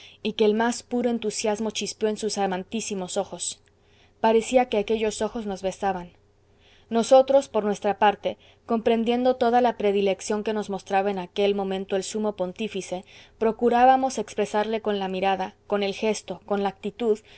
y que el más puro entusiasmo chispeó en sus amantísimos ojos parecía que aquellos ojos nos besaban nosotros por nuestra parte comprendiendo toda la predilección que nos demostraba en aquel momento el sumo pontífice procurábamos expresarle con la mirada con el gesto con la actitud